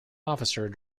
officer